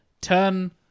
turn